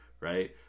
right